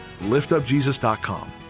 liftupjesus.com